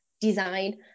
design